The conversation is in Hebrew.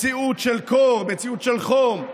מציאות של קור, מציאות של חום,